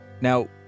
Now